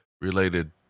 related